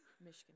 Michigan